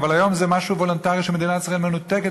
אבל היום זה משהו וולונטרי שמדינת ישראל מנותקת